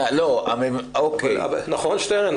נכון, שטרן?